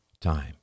time